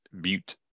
Butte